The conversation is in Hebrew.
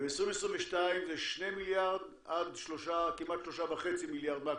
ב-2022 זה שני מיליארד עד כמעט 3.5 מיליארד מקסימום.